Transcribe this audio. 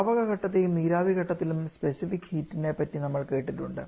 ദ്രാവക ഘട്ടത്തെയും നീരാവി ഘട്ടത്തിലും സ്പെസിഫിക് ഹീറ്റ് നെപ്പറ്റി നമ്മൾ കേട്ടിട്ടുണ്ട്